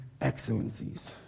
excellencies